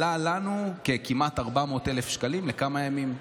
עלה לנו כמעט 400,000 שקלים לכמה ימים,